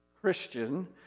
Christian